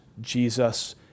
Jesus